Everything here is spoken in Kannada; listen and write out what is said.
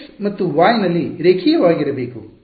ಇದು x ಮತ್ತು y ನಲ್ಲಿ ರೇಖೀಯವಾಗಿರಬೇಕು